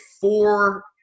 four